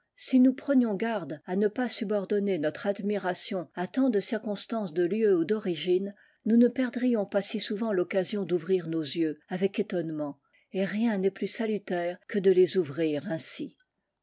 ci nous prenions garde à ne pas subordonner notre admiration à tant de circonstances de lieu ou d'origine nous ne perdrions pas si souvent l'occasion d'ouvrir nos yeux avec étonnement et rien n'est plus salutaire que de les ouvrir ainsi